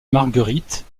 marguerite